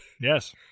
Yes